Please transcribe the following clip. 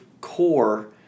core